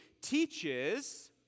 teaches